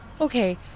Okay